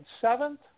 seventh